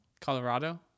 Colorado